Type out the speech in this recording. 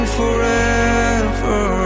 forever